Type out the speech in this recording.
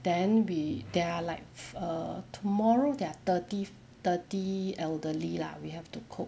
then we there are like err tomorrow there are thirty thirty elderly lah we have to cook